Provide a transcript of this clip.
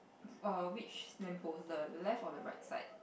oh which lamp post the left or the right side